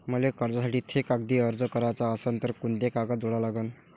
मले कर्जासाठी थे कागदी अर्ज कराचा असन तर कुंते कागद जोडा लागन?